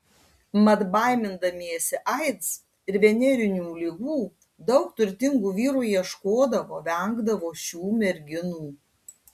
mat baimindamiesi aids ir venerinių ligų daug turtingų vyrų ieškodavo vengdavo šių merginų